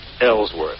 Ellsworth